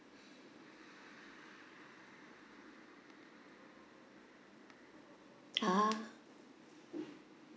ah